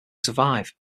survive